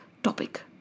topic